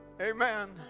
Amen